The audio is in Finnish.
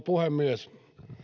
puhemies